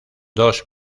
dos